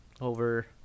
over